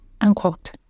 unquote